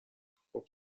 خوب